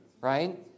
right